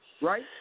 right